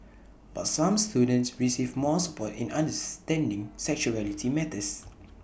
but some students receive more support in understanding sexuality matters